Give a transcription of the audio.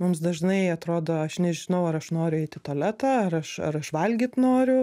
mums dažnai atrodo aš nežinau ar aš noriu eit į tualetą ar aš ar aš valgyt noriu